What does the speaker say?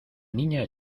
niña